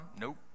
Nope